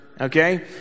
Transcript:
okay